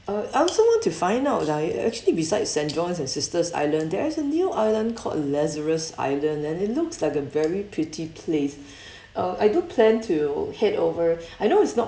uh I also want to find out lah actually besides saint john's and sister's island there is a new island called lazarus island and it looks like a very pretty place uh I do plan to head over I know it's not